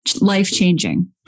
life-changing